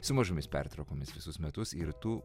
su mažomis pertraukomis visus metus ir tų